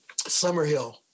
Summerhill